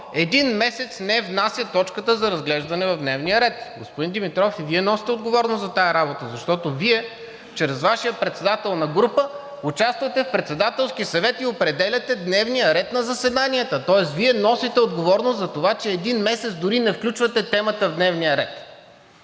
един месец не внася точката за разглеждане в дневния ред. Господин Димитров, и Вие носите отговорност за тази работа, защото Вие чрез Вашия председател на групата участвате в Председателски съвет и определяте дневния ред на заседанията, тоест Вие носите отговорност за това, че един месец дори не включвате темата в дневния ред.